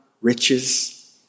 riches